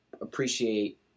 appreciate